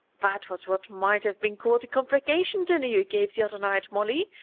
that was what might have been called a conflagration dinner you gave the other night, molly,